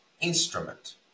instrument